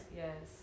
yes